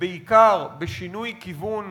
ובעיקר בשינוי כיוון